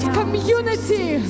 community